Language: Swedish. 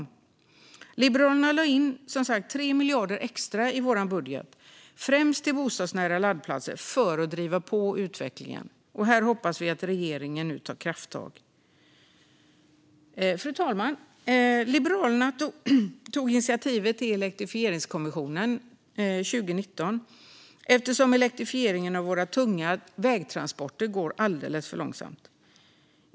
Vi i Liberalerna lade som sagt in 3 miljarder extra i vår budget, främst till bostadsnära laddplatser, för att driva på utvecklingen. Vi hoppas att regeringen nu tar krafttag här. Fru talman! Liberalerna tog initiativ till Elektrifieringskommissionen 2019 eftersom elektrifieringen av de tunga vägtransporterna går alldeles för långsamt.